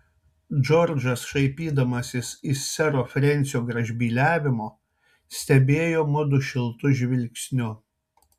džordžas šaipydamasis iš sero frensio gražbyliavimo stebėjo mudu šiltu žvilgsniu